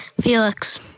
Felix